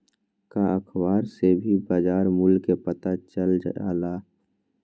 का अखबार से भी बजार मूल्य के पता चल जाला?